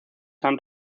han